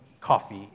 coffee